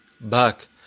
back